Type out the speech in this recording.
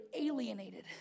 alienated